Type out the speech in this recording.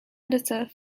editor